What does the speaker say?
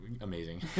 amazing